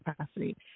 capacity